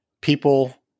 people